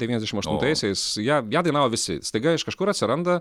devyniasdešim aštuntaisiais ją ją dainavo visi staiga iš kažkur atsiranda